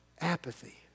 Apathy